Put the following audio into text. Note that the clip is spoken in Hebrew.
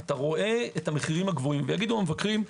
אתה רואה את המחירים הגבוהים ויגידו המבקרים: